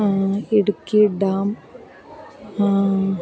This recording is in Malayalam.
ഇടുക്കി ഡാം